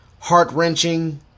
heart-wrenching